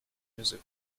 music